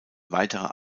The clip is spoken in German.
weiterer